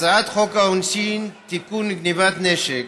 הצעת חוק העונשין (תיקון, גנבת נשק),